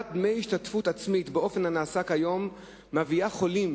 גביית דמי השתתפות עצמית באופן שנעשה כיום מביאה חולים